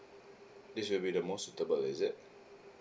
this will be the most suitable is it